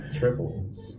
triples